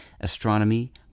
astronomy